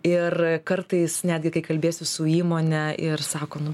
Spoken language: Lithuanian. ir kartais netgi kai kalbiesi su įmone ir sako nu